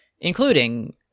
including